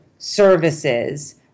services